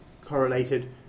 correlated